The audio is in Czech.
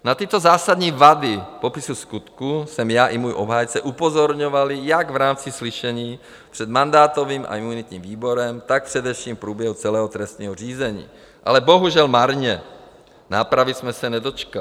Na tyto zásadní vady popisu skutku jsme já i můj obhájce upozorňovali jak v rámci slyšení před mandátovým a imunitním výborem, tak především v průběhu celého trestního řízení, ale bohužel marně, nápravy jsme se nedočkali.